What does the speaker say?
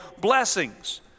blessings